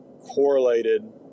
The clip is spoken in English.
correlated